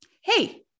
Hey